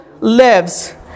lives